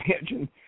imagine